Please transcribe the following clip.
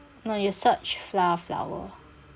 no you search flour flower